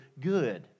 good